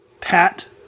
Pat